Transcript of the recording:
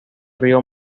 río